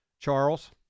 Charles